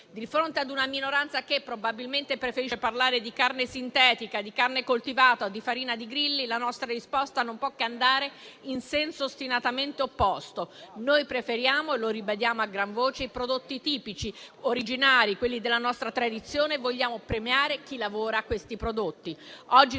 Di fronte ad una minoranza che probabilmente preferisce parlare di carne sintetica, di carne coltivata o di farina di grilli, la nostra risposta non può che andare in senso ostinatamente opposto. Noi preferiamo - e lo ribadiamo a gran voce - i prodotti tipici originari, quelli della nostra tradizione, e vogliamo premiare chi lavora a questi prodotti.